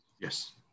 Yes